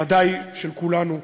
ודאי של כולנו,